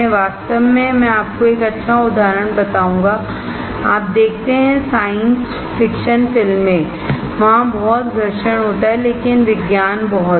वास्तव में मैं आपको एक अच्छा उदाहरण बताऊंगा आप देखते हैं साइंस फिक्शन फिल्में वहां घर्षण बहुत होता है लेकिन विज्ञान बहुत है